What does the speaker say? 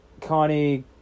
Connie